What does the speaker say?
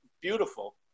Beautiful